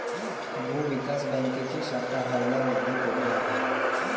भूविकास बँकेची शाखा हावडा मध्ये कोठे आहे?